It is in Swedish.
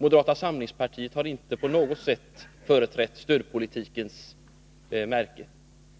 Moderata samlingspartiet har inte på något sätt företrätt stödpolitiken.